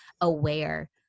aware